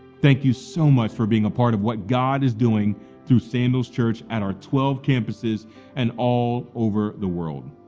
thank you so much for being a part of what god is doing through sandals church, at our twelve campuses and all over the world.